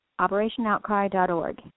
operationoutcry.org